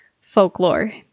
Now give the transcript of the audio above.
folklore